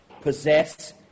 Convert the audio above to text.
possess